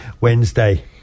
Wednesday